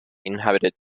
inhabited